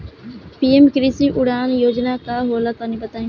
PM कृषि उड़ान योजना का होला तनि बताई?